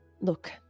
Look